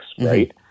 right